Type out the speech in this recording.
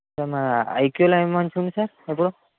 sir మన ఐక్యూలో ఏమి మంచిగా ఉంది సార్ ఎబోవ్